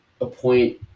appoint